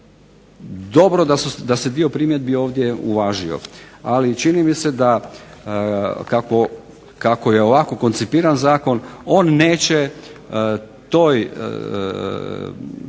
dobro da se dio primjedbi ovdje uvažio. Ali, čini mi se kako je ovako koncipiran zakon, on neće toj grupi